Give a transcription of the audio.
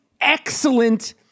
excellent